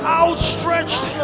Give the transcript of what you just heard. outstretched